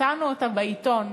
מצאנו אותה בעיתון,